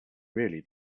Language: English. really